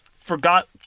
forgot